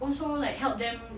also like help them